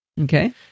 Okay